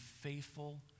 faithful